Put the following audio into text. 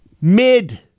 Mid